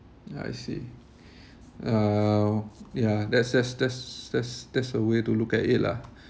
I see uh yeah that's that's that's that's that's a way to look at it lah